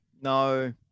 No